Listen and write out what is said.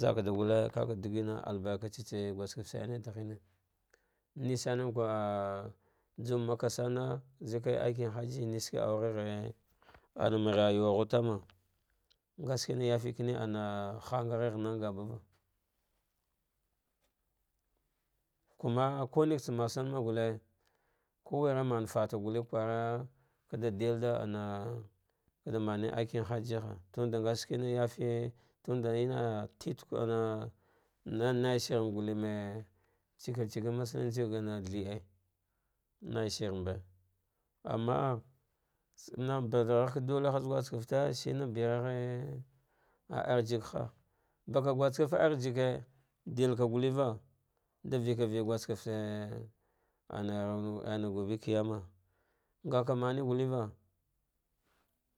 zakda galle kakdigina albarktsone albarkatsa guskefte sane ɗaghene nusanekwa juwa makah sama kaji kaye nikin haji sra augheghe anum rayuwahghu tama ngashike yafi kanevca hangha nam gabava kuma kunek tsa massalma, gulle kuwage man fata kwara kaɗil ɗa una ɗa mame aikin hasiha tunɗa ngha shinkma yafi thinda ana titane ana naishir sulte me ciki civnin mushinci gana thirte naishibe ama, ma bargha ka galle haiz guskefte shina bergh a arzikiha baka guskefte arzike ɗika gawutava ɗa vieva viw guskefte an-ana gobbe kiyama nghk a mania gulleva.